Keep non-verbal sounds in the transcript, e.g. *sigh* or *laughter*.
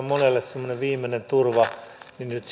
*unintelligible* monelle semmoinen viimeinen turva nyt *unintelligible*